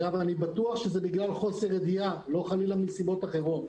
ואני בטוח שזה בגלל חוסר ידיעה ולא מסיבות אחרות.